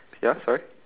ya sorry